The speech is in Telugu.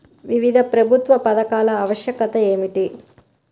వివిధ ప్రభుత్వా పథకాల ఆవశ్యకత ఏమిటి?